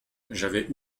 j’avais